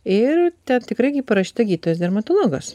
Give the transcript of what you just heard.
ir ten tikrai gi parašyta gydytojas dermatologas